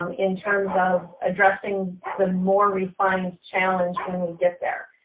um in terms of addressing the more refined challenge when we get there.